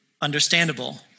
understandable